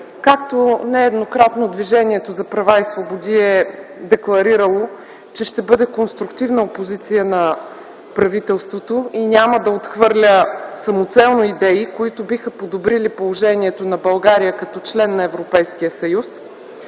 Нееднократно Движението за права и свободи е декларирало, че ще бъде конструктивна опозиция на правителството и няма да отхвърля самоцелно идеи, които биха подобрили положението на България като член на Европейския съюз.